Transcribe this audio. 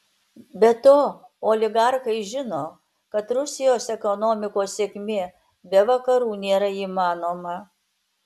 be to oligarchai žino kad rusijos ekonomikos sėkmė be vakarų nėra įmanoma